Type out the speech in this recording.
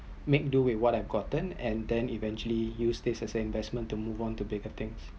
make do with what I gotten and then eventually use this as a investment to move on to bigger things